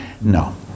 No